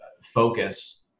focus